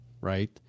right